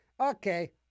Okay